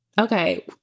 okay